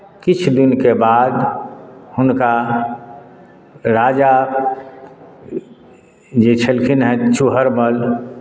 किछु दिनके बाद हुनका राजा जे छलखिन हेँ चूहड़मल